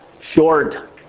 short